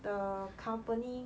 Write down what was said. the company